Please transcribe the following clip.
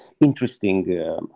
interesting